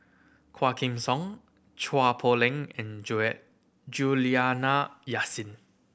Quah Kim Song Chua Poh Leng and Juliana Yasin